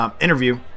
interview